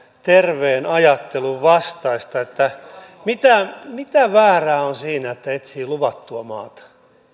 terveen ajattelun vastaista mitä mitä väärää on siinä että etsii luvattua maata